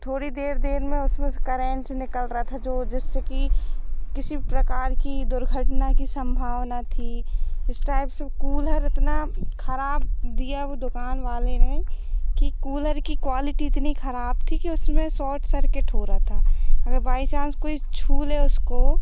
थोड़ी देर देर में उसमें से करेंट निकल रहा था जो जिससे कि किसी प्रकार की दुर्घटना की संभावना थी इस टाइप से कूलर इतना खराब दिया वह दुकान वाले ने कि कूलर की क्वालिटी इतनी खराब थी कि उसमें सॉट सर्किट हो रहा था अगर बाई चांस कोई छू ले उसको